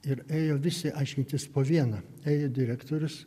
ir ėjo visi aiškintis po vieną ėjo direktorius